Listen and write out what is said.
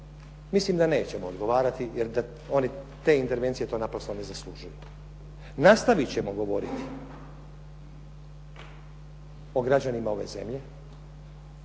Mislim da nećemo odgovarati jer oni te intervencije to naprosto ne zaslužuju. Nastaviti ćemo govoriti o građanima ove zemlje,